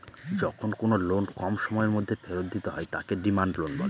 যখন কোনো লোন কম সময়ের মধ্যে ফেরত দিতে হয় তাকে ডিমান্ড লোন বলে